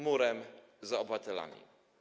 Murem za obywatelami.